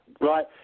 right